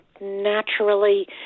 naturally